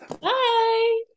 bye